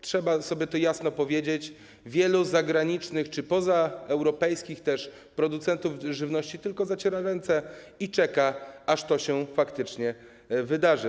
Trzeba sobie to jasno powiedzieć: wielu zagranicznych czy pozaeuropejskich producentów żywności tylko zaciera ręce i czeka, aż to się faktycznie wydarzy.